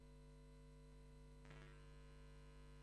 הישיבה הישיבה